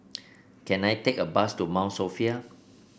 can I take a bus to Mount Sophia